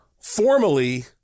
formally